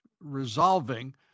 resolving